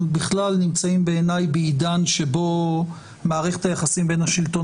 אנחנו בכלל נמצאים בידן שבו מערכת היחסים בין השלטון